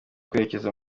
kwerekeza